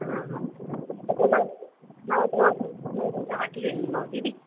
हा हा त पोइ मां मां तव्हां खां मां तव्हां खां वठी वेंदीमांव दीदी